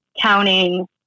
counting